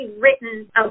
Written